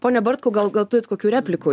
pone bartkau gal gal turit kokių replikų